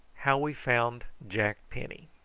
how we found jack penny.